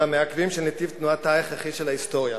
המעכבים של נתיב תנועתה ההכרחי של ההיסטוריה".